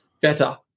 better